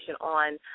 on